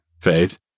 faith